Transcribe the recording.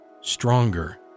stronger